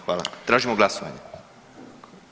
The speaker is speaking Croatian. Hvala, tražimo glasovanje.